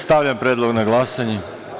Stavljam predlog na glasanje.